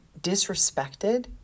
disrespected